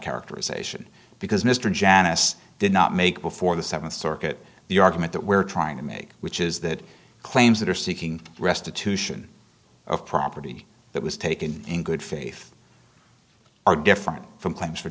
characterization because mr janice did not make before the th circuit the argument that we're trying to make which is that claims that are seeking restitution of property that was taken in good faith are different from claims for